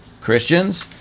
christians